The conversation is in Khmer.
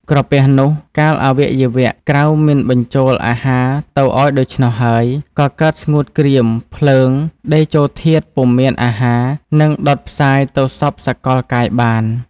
ក្រពះនោះ កាលអវយវៈ ក្រៅមិនបញ្ចូលអាហារទៅឲ្យដូច្នោះហើយ ក៏កើតស្ងួតក្រៀម ភ្លើង តេជោធាតុពុំមានអាហារ នឹងដុតផ្សាយទៅសព្វសកលកាយបាន។